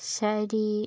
ശരി